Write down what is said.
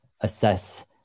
assess